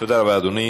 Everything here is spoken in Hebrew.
תודה רבה, אדוני.